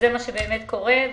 זה באמת מה שקורה.